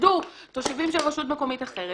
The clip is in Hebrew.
יסבסדו תושבים של רשות מקומית אחרת,